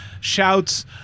shouts